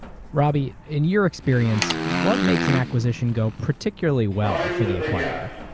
robby, in your experience, what makes an acquisition go particularly well for the acquirer?